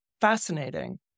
fascinating